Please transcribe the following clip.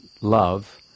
love